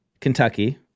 Kentucky